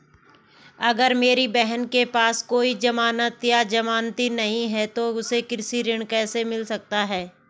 अगर मेरी बहन के पास कोई जमानत या जमानती नहीं है तो उसे कृषि ऋण कैसे मिल सकता है?